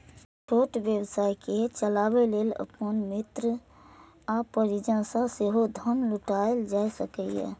छोट व्यवसाय कें चलाबै लेल अपन मित्र आ परिजन सं सेहो धन जुटायल जा सकैए